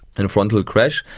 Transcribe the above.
and frontal crash.